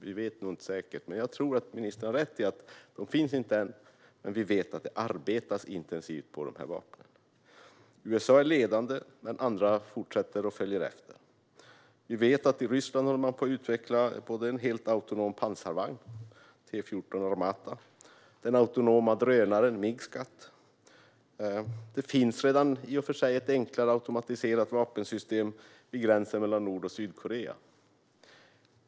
Vi vet nog inte säkert, men jag tror att ministern har rätt i att de inte finns ännu. Men vi vet att det arbetas intensivt på dessa vapen. USA är ledande, men andra fortsätter och följer efter. Vi vet att man i Ryssland håller på att utveckla både en helt autonom pansarvagn, T14 Armata, och den autonoma drönaren Mig Skat. Det finns redan ett i och för sig enklare automatiserat vapensystem vid gränsen mellan Nord och Sydkorea.